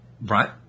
right